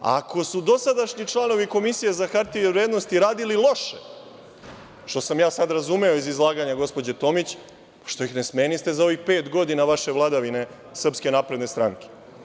Ako su dosadašnji članovi Komisije za hartije od vrednosti radili loše, što sam ja sada razumeo iz izlaganja gospođe Tomić, što ih ne smeniste za ovih pet godina vaše vladavine Srpske napredne stranke.